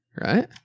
right